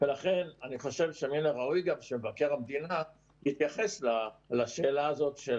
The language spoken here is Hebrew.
ולכן אני חושב שמן הראוי גם שמבקר המדינה יתייחס לשאלה הזאת של